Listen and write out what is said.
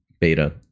beta